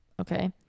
Okay